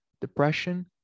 depression